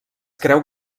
creu